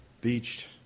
beached